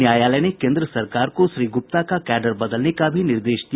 न्यायालय ने केन्द्र सरकार को श्री गुप्ता का कैडर बदलने का भी निर्देश दिया